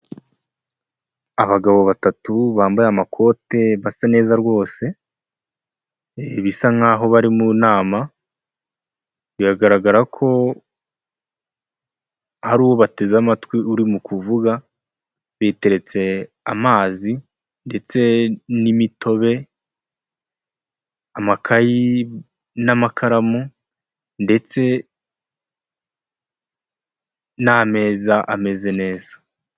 Abagabo batatu bambaye amakote basa neza rwose, bisa nkaho bari mu nama, biragaragara ko hari uwo bateze amatwi, urimo kuvuga, biteretse amazi ndetse n'imitobe amakayi n'amakaramu ndetse n'ameza ameze neza.